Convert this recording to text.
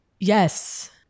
Yes